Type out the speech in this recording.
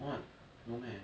what no meh